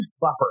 Buffer